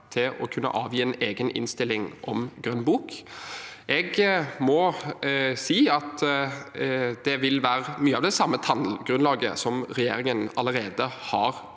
til å kunne avgi en egen innstilling om Grønn bok. Jeg må si at det vil være mye av det samme tallgrunnlaget som regjeringen allerede har